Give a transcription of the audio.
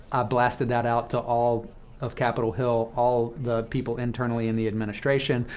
blasted that out to all of capitol hill, all the people internally in the administration,